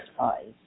eyes